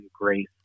grace